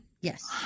Yes